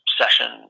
session